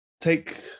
take